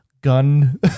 gun